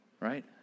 Right